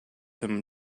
him